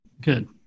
Good